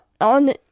on